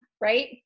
right